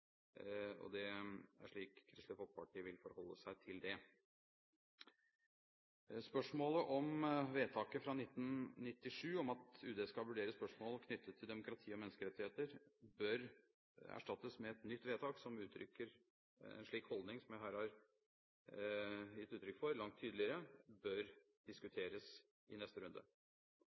og det er slik Kristelig Folkeparti vil forholde seg til det. Spørsmålet om vedtaket fra 1997 om at UD skal vurdere spørsmål knyttet til demokrati og menneskerettigheter, bør erstattes med et nytt vedtak som uttrykker en slik holdning som jeg her har gitt uttrykk for, langt tydeligere, bør diskuteres i neste runde.